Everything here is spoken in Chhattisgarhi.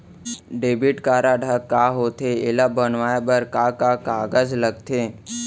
डेबिट कारड ह का होथे एला बनवाए बर का का कागज लगथे?